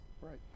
Right